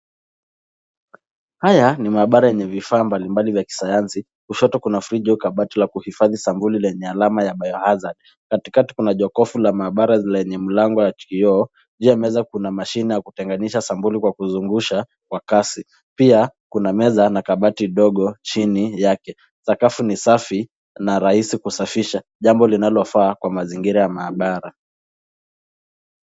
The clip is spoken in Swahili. Haya ni maabara yenye vifaa mbalimbali kisayansi. Kushoto kuna kabati la kuhifadhia sampuli lenye alama ya (cs)biohazard(cs). Katikati kuna jokofu, na maabara lenye mlango wa kioo. Juu ya meza kuna mashine za kutenganisha sampuli kwa kuzungusha kwa kasi. Pia kuna meza na kabati dogo chini yake. Sakafu ni safi na rahisi kusafisha, jambo linalofaa kwa mazingira ya maabara.